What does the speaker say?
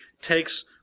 takes